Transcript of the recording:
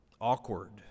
Awkward